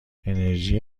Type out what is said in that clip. انرژی